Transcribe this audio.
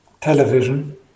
television